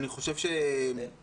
אני חושב שצריך,